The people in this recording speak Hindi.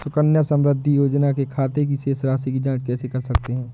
सुकन्या समृद्धि योजना के खाते की शेष राशि की जाँच कैसे कर सकते हैं?